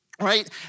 right